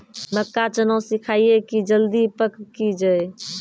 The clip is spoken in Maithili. मक्का चना सिखाइए कि जल्दी पक की जय?